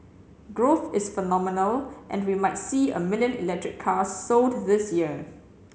growth is phenomenal and we might see a million electric cars sold this year